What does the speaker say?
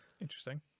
Interesting